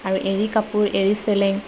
আৰু এৰী কাপোৰ এৰী চেলেং